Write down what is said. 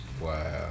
Wow